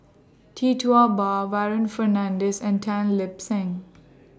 Tee Tua Ba Warren Fernandez and Tan Lip Seng